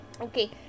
Okay